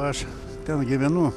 aš ten gyvenu